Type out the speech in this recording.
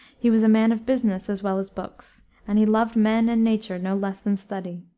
he was a man of business as well as books, and he loved men and nature no less than study.